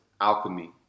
alchemy